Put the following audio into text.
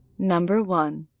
number one.